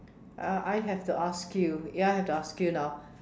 uh I have to ask you ya I have to ask you now